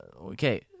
okay